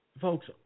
Folks